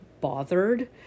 bothered